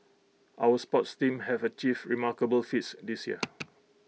our sports teams have achieved remarkable feats this year